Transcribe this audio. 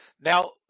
Now